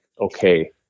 okay